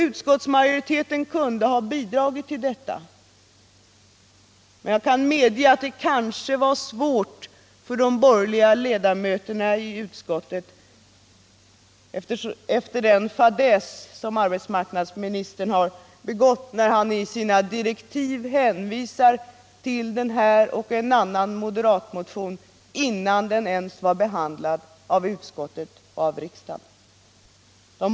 Utskottsmajoriteten kunde ha bidragit till detta — men jag kan medge att det kanske var svårt för de borgerliga ledamöterna i utskottet efter den fadäs som arbetsmarknadsministern har begått när han i sina direktiv hänvisat till denna och en annan moderatmotion innan de ens blivit behandlade i utskottet och av riksdagens kammare.